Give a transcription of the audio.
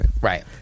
Right